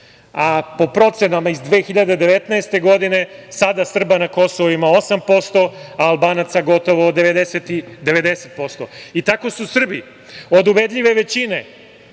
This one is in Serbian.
A po procenama iz 2019. godine, sada Srba na Kosovu ima 8%, a Albanaca gotovo 90%. I tako su Srbi od ubedljive većine